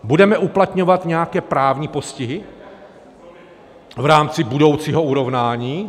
Budeme uplatňovat nějaké právní postihy v rámci budoucího urovnání?